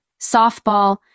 softball